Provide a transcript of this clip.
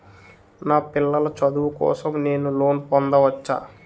నా పిల్లల చదువు కోసం నేను లోన్ పొందవచ్చా?